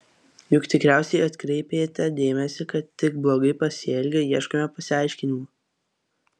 juk tikriausiai atkreipėte dėmesį kad tik blogai pasielgę ieškome pasiaiškinimų